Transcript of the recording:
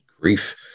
Grief